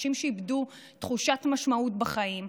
אנשים שאיבדו תחושת משמעות בחיים,